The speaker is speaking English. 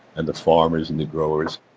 and the farmers, and the growers.